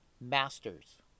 masters